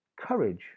Courage